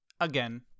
Again